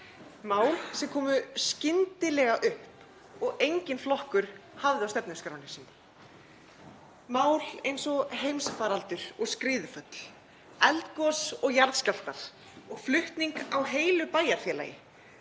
mál sem komu skyndilega upp og enginn stjórnmálaflokkur hafði á stefnuskránni sinni. Mál eins og heimsfaraldur og skriðuföll, eldgos og jarðskjálftar og flutningur á heilu bæjarfélagi.